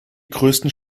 größten